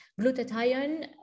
Glutathione